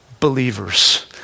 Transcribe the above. believers